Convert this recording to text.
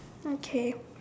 okay